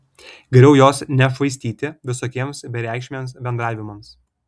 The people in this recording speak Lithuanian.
geriau jos nešvaistyti visokiems bereikšmiams bendravimams